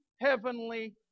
heavenly